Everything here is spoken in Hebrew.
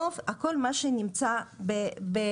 נוף וכל מה שנמצא בארץ.